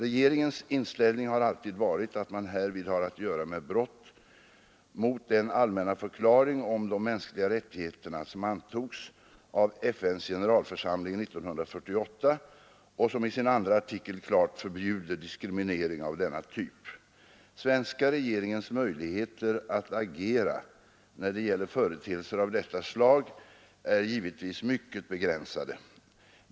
Regeringens inställning har alltid varit att man härvid har att göra med brott mot den allmänna förklaring om de mänskliga rättigheterna som antogs av FNs generalförsamling 1948 och som i sin andra artikel klart förbjuder diskriminering av denna typ. Svenska regeringens möjligheter att agera när det gäller företeelser av detta slag är givetvis mycket begränsade.